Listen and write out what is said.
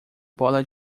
bola